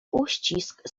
uścisk